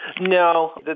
No